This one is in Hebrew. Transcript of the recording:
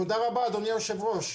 תודה רבה אדוני היושב ראש.